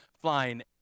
flying